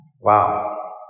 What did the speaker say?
Wow